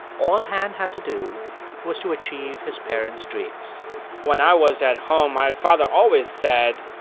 all han had to do was to achieve his parents' dreams when i was at home, my father always said,